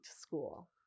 school